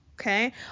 okay